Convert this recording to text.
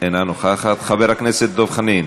אינה נוכחת, חבר הכנסת דב חנין.